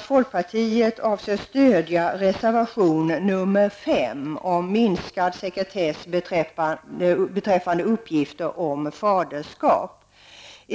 Folkpartiet avser att stödja reservation nr 5 om minskad sekretess beträffande uppgifter om faderskap.